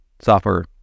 software